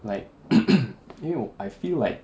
like 因为 I feel like